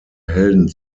helden